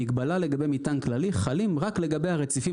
המגבלה לגבי מטען כללי חלים רק לגבי הרציפים